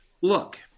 look